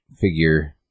figure